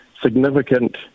significant